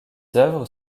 œuvres